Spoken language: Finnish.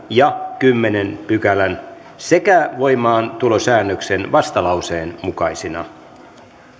ja kymmenennen pykälän sekä voimaantulosäännöksen vastalauseen mukaisina